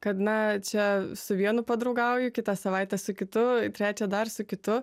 kad na čia su vienu padraugauju kitą savaitę su kitu trečią dar su kitu